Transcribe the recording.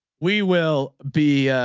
we will be.